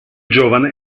giovane